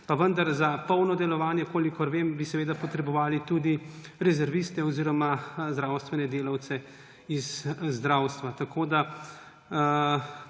pa vendar za polno delovanje bi, kolikor vem, potrebovali tudi rezerviste oziroma zdravstvene delavce iz zdravstva. Tako da